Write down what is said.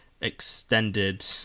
extended